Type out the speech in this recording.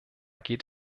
geht